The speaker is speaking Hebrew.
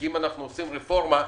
כי אם נעשה רפורמה,